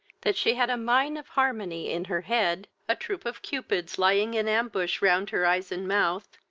that she had a mine of harmony in her head, a troop of cupids lying in ambush round her eyes and mouth,